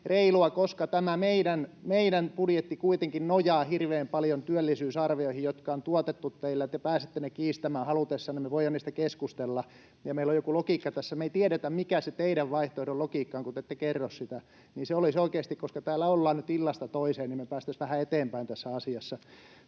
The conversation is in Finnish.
reilua, koska tämä meidän budjetti kuitenkin nojaa hirveän paljon työllisyysarvioihin, jotka on tuotettu teille. Te pääsette ne kiistämään halutessanne, ja me voidaan niistä keskustella, ja meillä on joku logiikka tässä. Me ei tiedetä, mikä se teidän vaihtoehtonne logiikka on, kun te ette kerro sitä. Koska täällä ollaan nyt illasta toiseen, niin me päästäisiin vähän eteenpäin tässä asiassa.